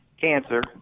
cancer